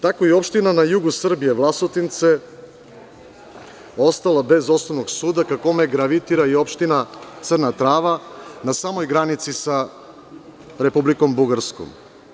Tako je i opština na jugu Srbije, Vlasotince, ostala bez osnovnog suda, ka kome gravitira i opština Crna Trava na samoj granici sa Republikom Bugarskom.